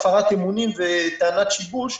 הפרת אמונים וטענת שיבוש,